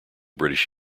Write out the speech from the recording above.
british